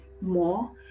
more